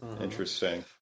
Interesting